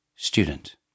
Student